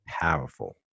powerful